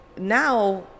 now